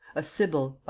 a sibyl,